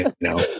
No